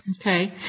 Okay